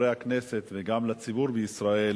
לחברי הכנסת וגם לציבור בישראל,